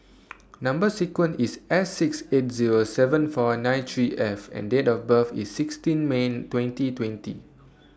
Number sequence IS S six eight Zero seven four nine three F and Date of birth IS sixteen May twenty twenty